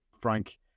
Frank